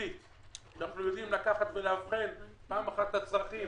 ייחודית שאנחנו יודעים לאבחן את הצרכים